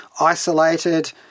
isolated